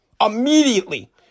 immediately